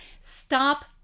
Stop